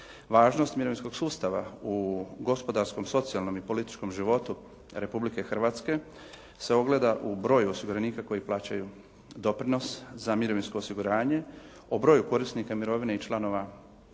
Važnost mirovinskog sustava u gospodarskom, socijalnom i političkom životu Republike Hrvatske se ogleda u broj osiguranika koji plaćaju doprinos za mirovinsko osiguranje, o broju korisnika mirovine i članova